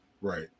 Right